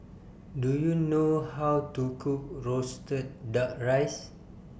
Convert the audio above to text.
Do YOU know How to Cook Roasted Duck Rice